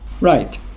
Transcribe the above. Right